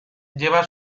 lleva